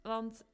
Want